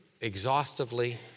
exhaustively